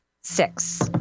six